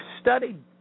studied